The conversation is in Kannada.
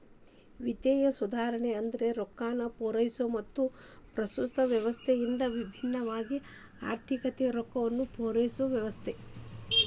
ವಿತ್ತೇಯ ಸುಧಾರಣೆ ಅಂದ್ರ ರೊಕ್ಕಾನ ಪೂರೈಸೊ ಮತ್ತ ಪ್ರಸ್ತುತ ವ್ಯವಸ್ಥೆಯಿಂದ ಭಿನ್ನವಾಗಿರೊ ಆರ್ಥಿಕತೆಗೆ ರೊಕ್ಕಾನ ಪೂರೈಸೊ ವ್ಯವಸ್ಥೆ